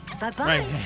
Bye-bye